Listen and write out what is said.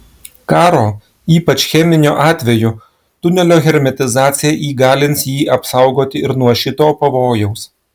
karo ypač cheminio atveju tunelio hermetizacija įgalins jį apsaugoti ir nuo šito pavojaus